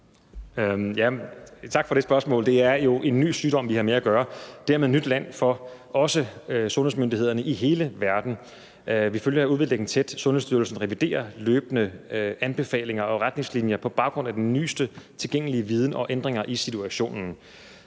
Tak for det spørgsmål. Det er jo en ny sygdom, vi har med at gøre, og dermed også nyt land for sundhedsmyndighederne i hele verden. Vi følger udviklingen tæt. Sundhedsstyrelsen reviderer løbende anbefalinger og retningslinjer på baggrund af den nyeste tilgængelige viden og ændringer i situationen.